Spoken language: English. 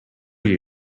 you